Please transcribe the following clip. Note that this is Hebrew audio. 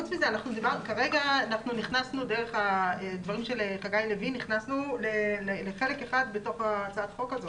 כרגע דרך הדברים של חגי לוין נכנסנו לחלק אחד בתוך הצעת החוק הזאת.